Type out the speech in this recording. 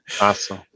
Awesome